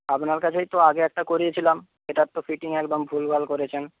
আপনার কাছেই তো আগে একটা করিয়েছিলাম সেটার তো ফিটিং একদম ভুলভাল করেছেন